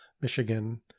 michigan